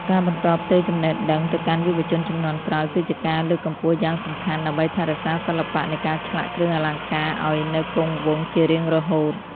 ការបន្តផ្ទេរចំណេះដឹងទៅកាន់យុវជនជំនាន់ក្រោយគឺជាការលើកកម្ពស់យ៉ាងសំខាន់ដើម្បីថែរក្សាសិល្បៈនៃការឆ្លាក់គ្រឿងអលង្ការឲ្យនៅគង់វង្សជារៀងរហូត។